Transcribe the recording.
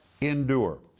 endure